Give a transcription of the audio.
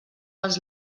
als